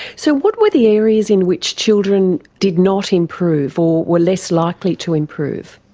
so what were the areas in which children did not improve or were less likely to improve?